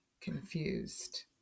confused